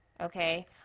okay